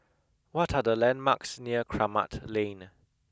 what are the landmarks near Kramat Lane